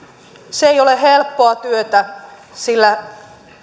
se ei ole helppoa työtä sillä